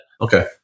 Okay